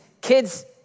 kids